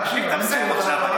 אם אתה מסיים עכשיו, אני בא לסיור.